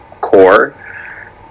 core